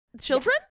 children